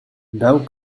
dove